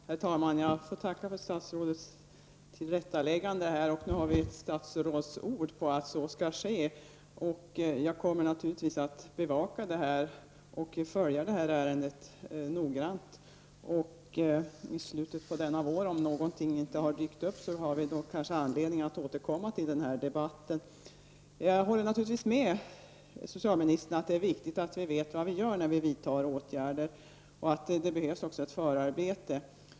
Herr talman! Jag får tacka för statsrådets tillrättaläggande. Nu har vi statsrådets ord på att något skall ske. Jag kommer naturligtvis att bevaka och följa ärendet noggrant. Om inget har dykt upp i slutet av våren, kanske vi har anledning att återkomma till denna debatt. Jag håller naturligtvis med socialministern om att det är viktigt att vi vet vad vi gör när vi vidtar åtgärder och att det behövs ett förarbete.